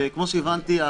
וכמו שהבנתי,